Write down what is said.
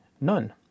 none